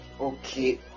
Okay